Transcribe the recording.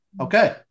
okay